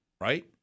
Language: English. right